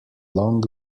long